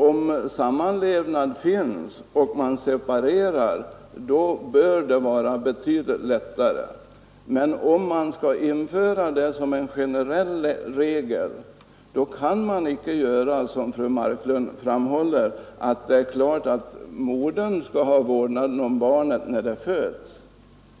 Om sammanlevnad föreligger och parterna separerar, bör det vara betydligt lättare att lösa frågan. Men om man skall införa en sådan generell regel kan man inte göra som fru Marklund framhåller. Det är klart att modern skall ha vårdnaden om barnen när de föds.